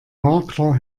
makler